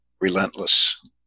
Relentless